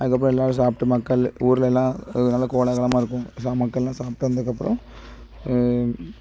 அதுக்கப்பறம் எல்லாரும் சாப்பிட்டு மக்கள் ஊர்ல எல்லாம் நல்லா கோலாகலமான இருக்கும் சா மக்கள்லாம் சாப்பிட்டு வந்தக்கப்பறம்